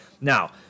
Now